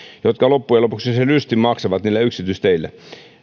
jotka loppujen lopuksi sen lystin maksavat niille yksityisteille